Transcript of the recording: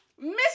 Miss